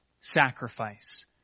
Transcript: sacrifice